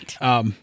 right